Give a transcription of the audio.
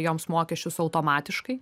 joms mokesčius automatiškai